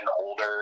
older